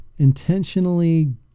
Intentionally